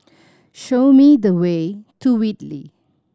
show me the way to Whitley